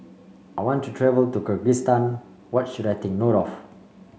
I want to travel to Kyrgyzstan what should I take note of